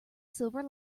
silver